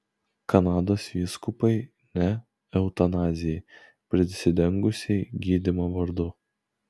kanados vyskupai ne eutanazijai prisidengusiai gydymo vardu